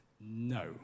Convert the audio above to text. No